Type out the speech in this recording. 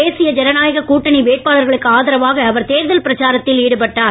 தேசிய ஜனநாயக கூட்டணி வேட்பாளர்களுக்கு ஆதாவாகஇ அவர் தேர்தல் பிரச்சாரத்தில் ஈடுபட்டார்